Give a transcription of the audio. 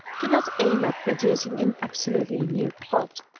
do not aim at producing an absolutely new plot.